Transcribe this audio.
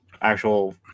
actual